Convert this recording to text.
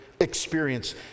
Experience